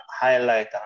highlight